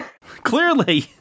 Clearly